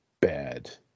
bad